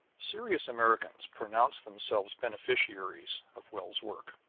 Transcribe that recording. serious americans pronounce themselves beneficiaries of wells' works,